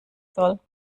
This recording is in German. soll